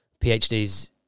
PhDs